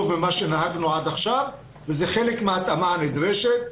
מכפי שנהגנו עד עכשיו וזה חלק מההתאמה הנדרשת.